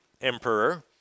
emperor